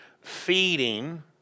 feeding